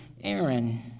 Aaron